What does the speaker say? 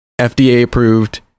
FDA-approved